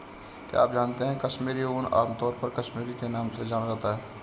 क्या आप जानते है कश्मीरी ऊन, आमतौर पर कश्मीरी के नाम से जाना जाता है?